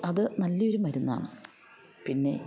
അത് നല്ല ഒരു മരുന്നാണ് പിന്നെ